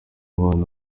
abana